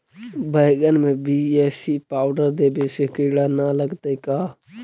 बैगन में BAC powder देबे से किड़ा न लगतै का?